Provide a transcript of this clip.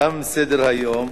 תם סדר-היום,